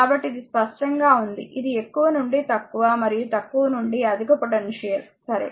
కాబట్టి ఇది స్పష్టంగా ఉంది ఇది ఎక్కువ నుండి తక్కువ మరియు తక్కువ నుండి అధిక పొటెన్షియల్సరే